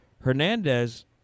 Hernandez